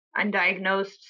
undiagnosed